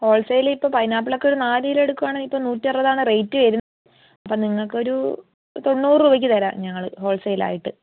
whole sale ഇപ്പോൾ പൈനാപ്പിളൊക്കെ ഒരു നാല് കിലോ എടുക്കുകയാണെ ഇപ്പോൾ നൂറ്റി അറുപതാണ് റേറ്റ് വരുന്നത് അപ്പം നിങ്ങൾക്കൊരു തൊണ്ണൂറ് രൂപയ്ക്ക് തരാം ഞങ്ങൾ ഹോൾ സെയിൽ ആയിട്ട്